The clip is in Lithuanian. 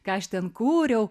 ką aš ten kūriau